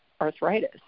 arthritis